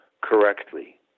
correctly